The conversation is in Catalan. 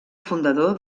fundador